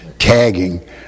tagging